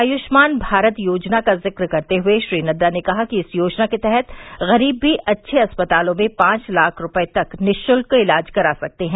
आयुष्मान भारत योजना का ज़िक करते हुए श्री नड़्डा ने कहा कि इस योजना के तहत ग़रीब भी अच्छे अस्पतालों में पांच लाख रूपये तक निशुल्क इलाज करा सकते हैं